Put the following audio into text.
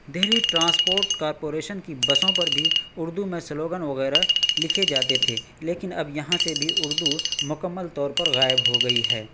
Delhi transport corporation کی بسوں پر بھی اردو میں سلوگن وغیرہ لکھے جاتے تھے لیکن اب یہاں سے بھی اردو مکمل طور پر غائب ہو گئی ہے